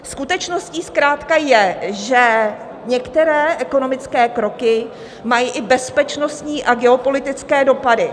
Skutečností zkrátka je, že některé ekonomické kroky mají i bezpečnostní a geopolitické dopady.